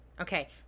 Okay